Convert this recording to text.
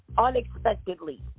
unexpectedly